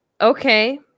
Okay